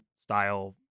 style